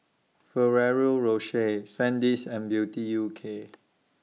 Ferrero Rocher Sandisk and Beauty U K